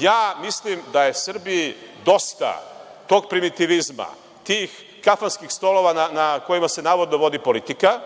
Ja mislim da je Srbiji dosta tog primitivizma, tih kafanskih stolova na kojima se navodno vodi politika.